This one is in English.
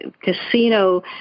casino